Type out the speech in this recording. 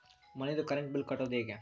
ಮನಿದು current bill ಕಟ್ಟೊದು ಹೇಗೆ?